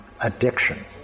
addiction